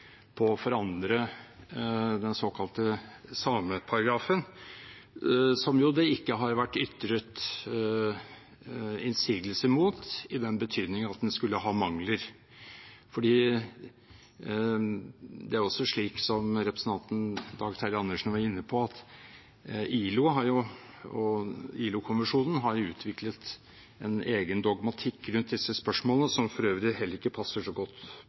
på å forandre den såkalte sameparagrafen, som det jo ikke har vært ytret innsigelser mot i den betydning at den skulle ha mangler. Det er også slik, som representanten Dag Terje Andersen var inne på, at ILO og ILO-konvensjonen har utviklet en egen dogmatikk rundt disse spørsmålene, som for øvrig heller ikke passer så godt